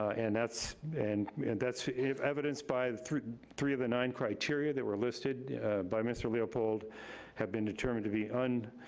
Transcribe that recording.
and that's and that's evidenced by three three of the nine criteria that were listed by mr. leopold have been determined to be ah and